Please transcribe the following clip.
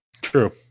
True